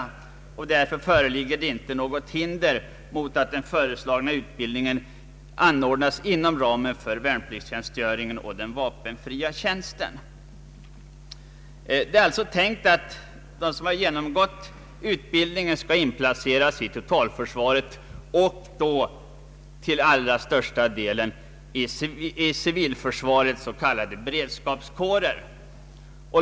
Utskottet anser mot denna bakgrund att det inte föreligger något hinder mot att den föreslagna utbildningen anordnas inom ramen för värnpliktstjänstgöringen och den vapenfria tjänsten. Det är således tänkt att de som har genomgått utbildningen skall inplaceras i totalförsvaret och då till allra största delen i civilförsvarets s.k. beredskapskårer.